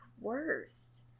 worst